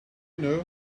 know